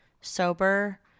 sober